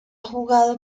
jugado